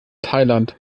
thailand